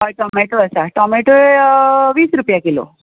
tomato आसा टॉमॅटोय वीस रुपया किलो